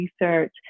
research